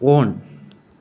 on